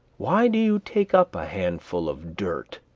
why do you take up a handful of dirt?